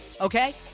okay